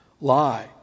lie